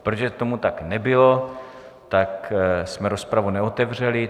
Protože tomu tak nebylo, tak jsme rozpravu neotevřeli.